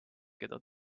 keda